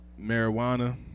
Marijuana